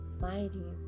fighting